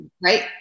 right